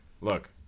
look